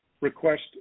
request